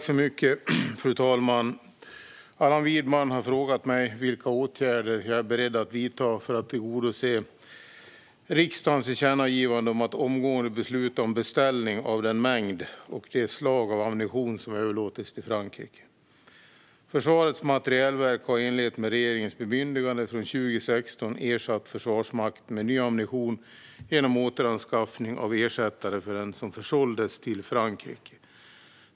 Fru talman! Allan Widman har frågat mig vilka åtgärder jag är beredd att vidta för att tillgodose riksdagens tillkännagivande om att omgående besluta om beställning av den mängd och det slag av ammunition som överlåtits till Frankrike. Försvarets materielverk har i enlighet med regeringens bemyndigande från 2016 ersatt Försvarsmakten med ny ammunition genom återanskaffning av ersättare för den som försåldes till Frankrike.